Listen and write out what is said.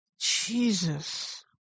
Jesus